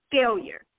failure